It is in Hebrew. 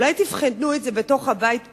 אולי תבחנו את זה בתוך הבית פנימה,